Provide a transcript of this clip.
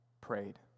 prayed